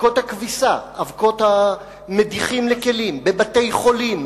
אבקות הכביסה, אבקות המדיחים לכלים בבתי-חולים,